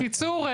בקיצור,